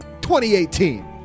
2018